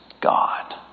God